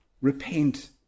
repent